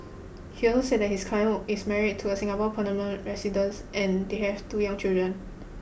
he also said that his client is married to a Singapore permanent resident and they have two young children